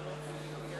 על הסתייגות מס' 27 לסעיף